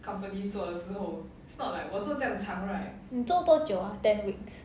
你做多久 ah ten weeks